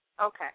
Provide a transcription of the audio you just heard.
Okay